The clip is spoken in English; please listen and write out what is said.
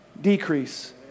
decrease